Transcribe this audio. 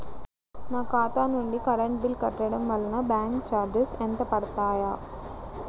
నా ఖాతా నుండి కరెంట్ బిల్ కట్టడం వలన బ్యాంకు చార్జెస్ ఎంత పడతాయా?